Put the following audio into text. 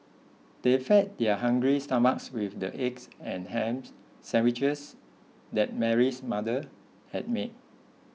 they fed their hungry stomachs with the eggs and hams sandwiches that Mary's mother had made